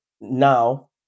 now